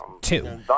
two